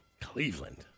Cleveland